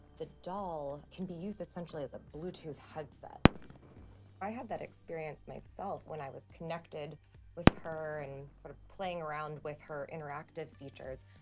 the doll can be used essentially as a bluetooth headset i had that experience myself when i was connected with her and sort of playing around with her interactive features.